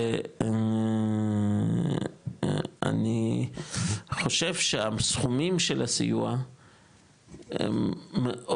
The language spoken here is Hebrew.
ואני חושב שהסכומים של הסיוע הם,